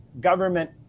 government